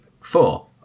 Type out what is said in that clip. four